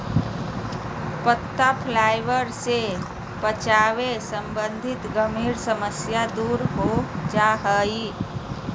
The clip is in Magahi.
पत्ता फाइबर से पाचन संबंधी गंभीर समस्या दूर हो जा हइ